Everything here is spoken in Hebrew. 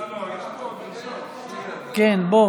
בוא.